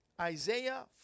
Isaiah